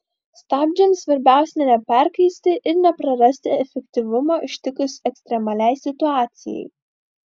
stabdžiams svarbiausia neperkaisti ir neprarasti efektyvumo ištikus ekstremaliai situacijai